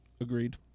Agreed